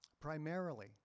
primarily